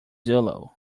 zulu